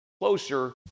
closer